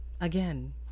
again